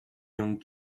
young